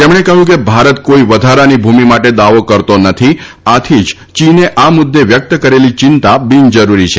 તેમણે કહ્યું કે ભારત કોઇ વધારાની ભૂમિ માટે દાવો કરતો નથી આથી જ ચીન આ મુદ્દે વ્યક્ત કરેલી ચિંતા બિનજરૂરી છે